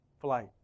flight